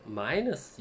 minus